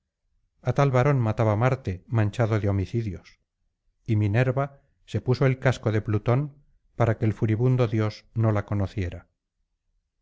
a tal varón mataba marte manchado de homicidios y minerva se puso el casco de plutón para que el furibundo dios no la conociera